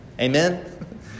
Amen